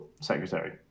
secretary